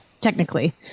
technically